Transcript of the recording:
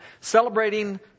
celebrating